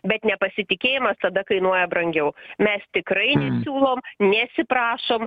bet nepasitikėjimas tada kainuoja brangiau mes tikrai nesiūlom nesiprašom